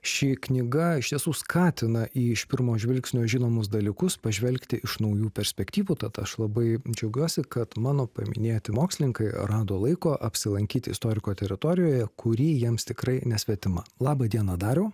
ši knyga iš tiesų skatina iš pirmo žvilgsnio žinomus dalykus pažvelgti iš naujų perspektyvų tad aš labai džiaugiuosi kad mano paminėti mokslininkai rado laiko apsilankyt istoriko teritorijoje kuri jiems tikrai nesvetima laba diena dariau